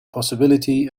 possibility